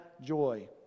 joy